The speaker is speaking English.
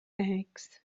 eggs